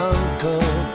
Uncle